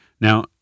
now